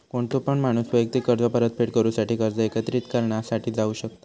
कोणतो पण माणूस वैयक्तिक कर्ज परतफेड करूसाठी कर्ज एकत्रिकरणा साठी जाऊ शकता